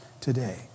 today